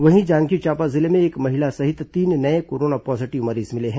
वहीं जांजगीर चांपा जिले में एक महिला सहित तीन नए कोरोना पॉजीटिव मरीज मिले हैं